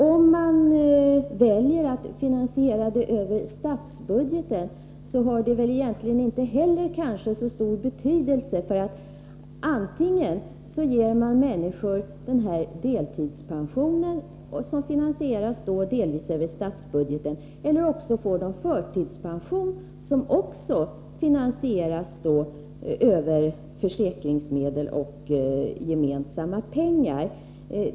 Om man väljer att finansiera underskottet över statsbudgeten, så har det inte heller så stor betydelse egentligen, för antingen ger man människorna den här deltidspensionen, som då delvis finansieras över statsbudgeten, eller också får människorna förtidspension, som också finansieras via försäkringsmedel och gemensamma pengar.